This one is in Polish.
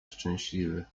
szczęśliwy